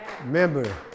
Remember